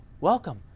welcome